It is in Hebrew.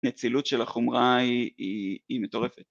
‫נצילות של החומרה היא מטורפת.